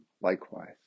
likewise